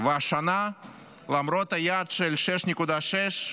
והשנה למרות היעד של 6.6%,